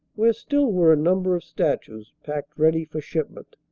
where still were a number of statues packed ready for shipment.